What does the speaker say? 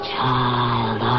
child